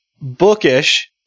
bookish